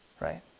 Right